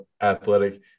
athletic